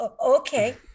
okay